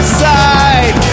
side